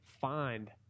find